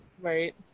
right